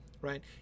right